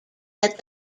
that